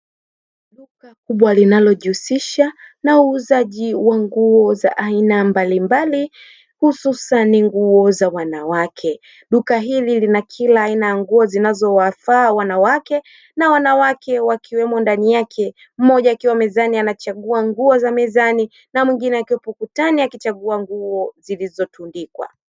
Duka kubwa linalojishuhulisha na uuzaji wa nguo za aina mbalimbali hususani nguo za wanawake. Duka hili lina kila aina ya nguo zinazowafaa wanawake, na wanawake wakiwemo ndani yake; mmoja akiwa mezani achajua nguo za mezani na mwingine akiwepo ukutani anachagua nguo zilizotundikwa.